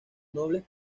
nobles